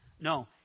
no